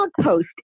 post